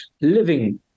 living